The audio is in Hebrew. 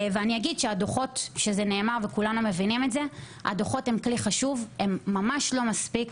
זה נאמר וכולם מבינים את זה: הדוחות הם כלי חשוב אבל ממש לא מספיק.